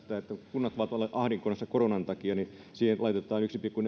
kunnat ovat olleet ahdingossa koronan takia siihen laitetaan yksi pilkku